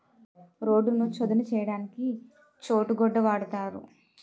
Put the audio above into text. రోడ్డును చదును చేయడానికి చోటు గొడ్డ వాడుతారు